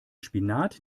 spinat